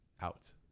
out